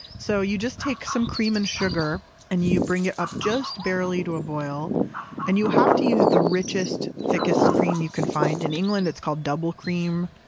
so you just take some cream and sugar and you bring it up just barely to a boil and you have to use the richest, thickest cream you can find. in england it's called double cream.